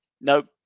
nope